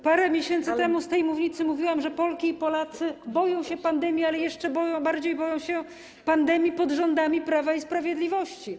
Parę miesięcy temu z tej mównicy mówiłam, że Polki i Polacy boją się pandemii, ale jeszcze bardziej boją się pandemii pod rządami Prawa i Sprawiedliwości.